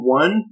one